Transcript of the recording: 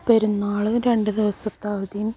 പെരുന്നാള് രണ്ട് ദിവസത്തെ അവധി